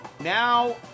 Now